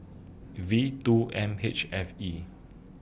V two M H F E